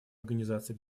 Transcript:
организации